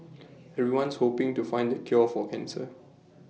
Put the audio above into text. everyone's hoping to find the cure for cancer